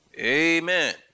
Amen